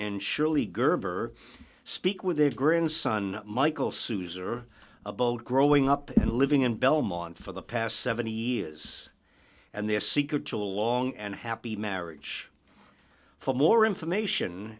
and surely gerber speak with a grandson michael sue's or a boat growing up and living in belmont for the past seventy years and their secret to a long and happy marriage for more information